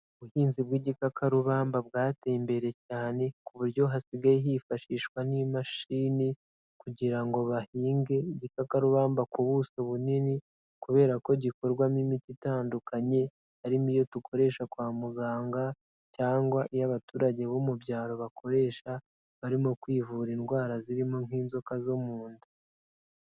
Ubuhinzi bw'igikakarubamba bwateye imbere cyane, ku buryo hasigaye hifashishwa n'imashini, kugira ngo bahinge igikakarubamba ku buso bunini, kubera ko gikorwamo imiti itandukanye, harimo iyo dukoresha kwa muganga, cyangwa iyo abaturage bo mu byaro bakoresha, barimo kwivura indwara zirimo nk'inzoka zo mu nda.